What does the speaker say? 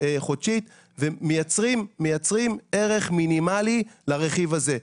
חודשית ומייצרים ערך מינימלי לרכיב הזה.